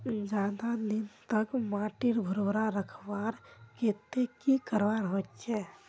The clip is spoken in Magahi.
ज्यादा दिन तक माटी भुर्भुरा रखवार केते की करवा होचए?